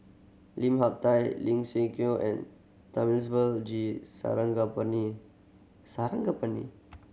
Lim Hak Tai Ling Siew and Thamizhavel G Sarangapani Sarangapani